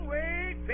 Wait